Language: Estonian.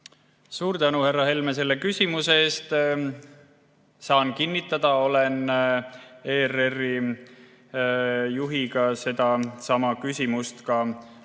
Suur tänu, härra Helme, selle küsimuse eest! Saan kinnitada, et olen ERR-i juhiga sedasama küsimust arutanud.